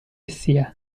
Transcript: sia